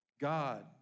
God